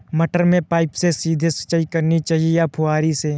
मटर में पाइप से सीधे सिंचाई करनी चाहिए या फुहरी से?